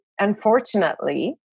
unfortunately